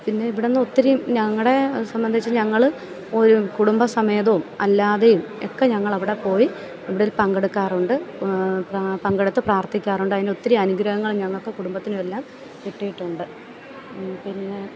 പിന്നെ ഇവിടുന്ന് ഒത്തിരി ഞങ്ങളുടെ സംബന്ധിച്ച് ഞങ്ങൾ ഒരു കുടുംബ സമേതോം അല്ലാതെയും ഒക്കെ ഞങ്ങളവിടെ പോയി ഇതിൽ പങ്കെടുക്കാറുണ്ട് പ്രാർത്ഥന പങ്കെടുത്ത് പ്രാർത്ഥിക്കാറുണ്ട് അതിന് ഒത്തിരി അനുഗ്രഹങ്ങൾ ഞങ്ങൾക്ക് കുടുംബത്തിനുമെല്ലാം കിട്ടിയിട്ടുണ്ട് പിന്നെ